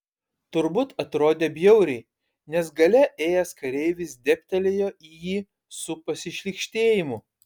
turbūt atrodė bjauriai nes gale ėjęs kareivis dėbtelėjo į jį su pasišlykštėjimu